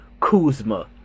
Kuzma